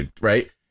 right